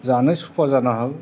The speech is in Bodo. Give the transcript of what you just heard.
जानो सुखुवा जानो हागौ